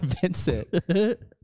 Vincent